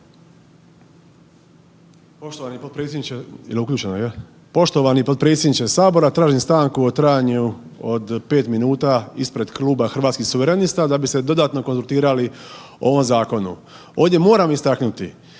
Poštovani potpredsjedniče sabora tražim stanku u trajanju od 5 minuta ispred Kluba Hrvatskih suverenista da bi se dodatno konzultirali o ovom zakonu. Ovdje moram istaknuti